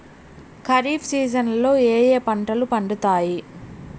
ఖరీఫ్ సీజన్లలో ఏ ఏ పంటలు పండుతాయి